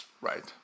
Right